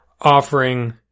offering